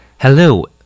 Hello